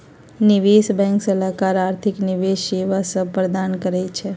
निवेश बैंक सलाहकार आर्थिक निवेश सेवा सभ प्रदान करइ छै